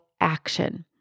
action